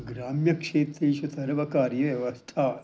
ग्राम्यक्षेत्रेषु सर्वकारीयव्यवस्थायाः